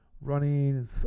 running